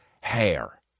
hair